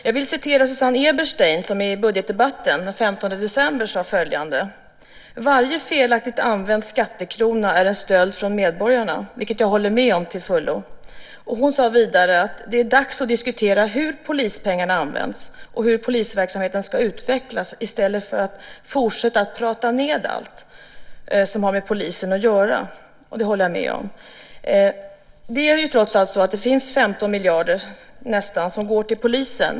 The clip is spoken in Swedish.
Jag vill citera Susanne Eberstein, som i budgetdebatten den 15 december sade följande: "- varje felaktigt använd skattekrona är en stöld från medborgarna". Det håller jag med om till fullo. Hon sade vidare: "Det är dags att diskutera hur polispengarna ska användas och hur polisverksamheten ska utvecklas i stället för att fortsätta att prata ned allt som har med polisen att göra." Det håller jag med om. Det är nästan 15 miljarder som går till polisen.